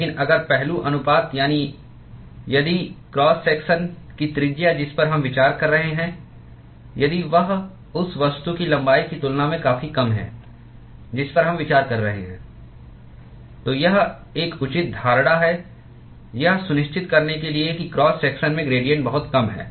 लेकिन अगर पहलू अनुपात यानी यदि यदि क्रॉस सेक्शन की त्रिज्या जिस पर हम विचार कर रहे हैं यदि वह उस वस्तु की लंबाई की तुलना में काफी कम है जिस पर हम विचार कर रहे हैं तो यह एक उचित धारणा है यह सुनिश्चित करने के लिए कि क्रॉस सेक्शन में ग्रेडिएंट बहुत कम हैं